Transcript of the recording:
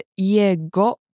jego